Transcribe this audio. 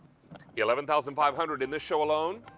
eleven thousand five hundred in the show alone.